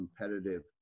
competitive